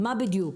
מה בדיוק?